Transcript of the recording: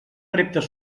reptes